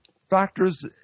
factors